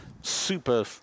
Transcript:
super